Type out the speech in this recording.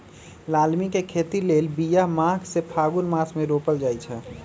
लालमि के खेती लेल बिया माघ से फ़ागुन मास मे रोपल जाइ छै